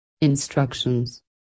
Instructions